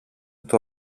του